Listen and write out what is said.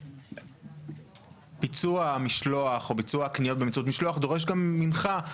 אליו מתוך הבנה שהוא חשוב במאבק או בשמירה על הסביבה.